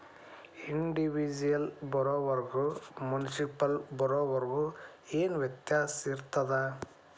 Individual ಬಾರೊವರ್ಗು municipal ಬಾರೊವರ್ಗ ಏನ್ ವ್ಯತ್ಯಾಸಿರ್ತದ?